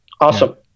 Awesome